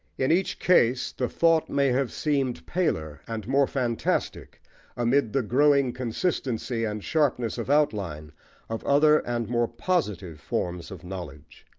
in each case the thought may have seemed paler and more fantastic amid the growing consistency and sharpness of outline of other and more positive forms of knowledge.